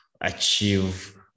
achieve